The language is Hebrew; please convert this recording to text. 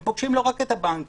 הם פוגשים לא רק את הבנקים,